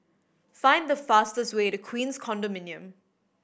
find the fastest way to Queens Condominium